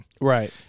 Right